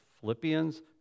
Philippians